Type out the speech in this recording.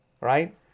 right